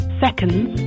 seconds